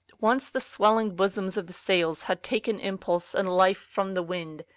once the swelling bosoms of the sails had taken impulse and life from the wind,